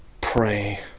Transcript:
Pray